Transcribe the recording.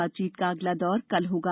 बातचीत का अगला दौर कल होगा